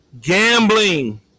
gambling